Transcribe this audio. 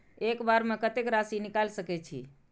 एक बार में कतेक राशि निकाल सकेछी?